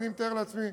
אני מתאר לעצמי,